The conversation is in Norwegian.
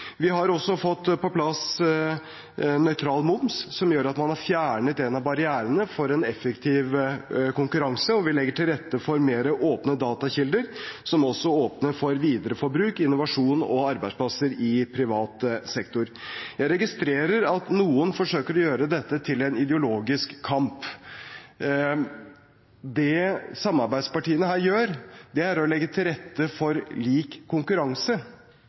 Vi har også fått på plass nøytral moms, som gjør at man har fjernet en av barrierene for en effektiv konkurranse, og vi legger til rette for mer åpne datakilder, som også åpner for viderebruk, innovasjon og arbeidsplasser i privat sektor. Jeg registrerer at noen forsøker å gjøre dette til en ideologisk kamp. Det samarbeidspartiene her gjør, er å legge til rette for lik konkurranse.